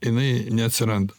jinai neatsiranda